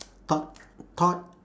thought thought